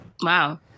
Wow